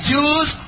Jews